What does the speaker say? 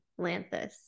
Lanthus